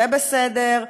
זה בסדר.